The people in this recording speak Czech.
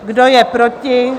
Kdo je proti?